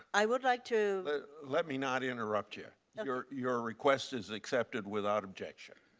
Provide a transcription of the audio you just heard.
i would like to let me not interrupt you. your your request is accepted without objection.